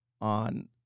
on